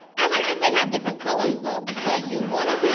i like that they have different colors, though, because you want to be